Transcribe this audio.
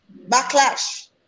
backlash